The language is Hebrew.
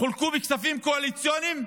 חולקו בכספים קואליציוניים,